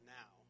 now